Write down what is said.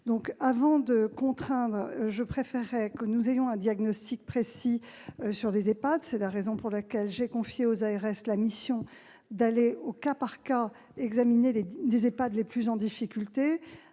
Avant de contraindre, je préférerais que nous disposions d'un diagnostic précis sur les EHPAD. C'est la raison pour laquelle j'ai confié aux ARS la mission d'aller, au cas par cas, examiner ceux qui sont les plus en difficulté.